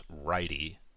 righty